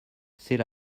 c’est